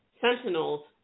Sentinels